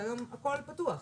כשהיום הכל פתוח,